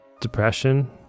depression